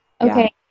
Okay